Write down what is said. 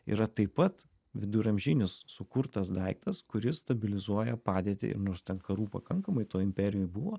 yra taip pat viduramžinis sukurtas daiktas kuris stabilizuoja padėtį ir nors ten karų pakankamai toj imperijoj buvo